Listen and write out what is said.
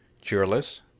Cheerless